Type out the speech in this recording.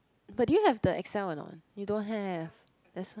but do you have the Excel or not you don't have that's why